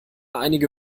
einige